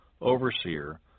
overseer